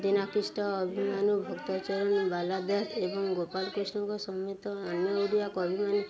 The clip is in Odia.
ଦିନାକ୍ରୀଷ୍ଟ ଅଭିମାନ ଭକ୍ତଚରଣ ବାଲାଦାସ ଏବଂ ଗୋପାଳ କୃଷ୍ଣଙ୍କ ସମେତ ଅନ୍ୟ ଓଡ଼ିଆ ଅଭିମାନ